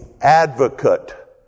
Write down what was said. advocate